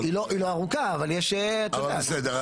אבל בסדר,